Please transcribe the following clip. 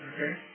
Okay